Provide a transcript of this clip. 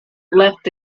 left